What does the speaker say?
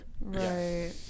right